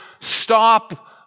stop